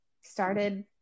started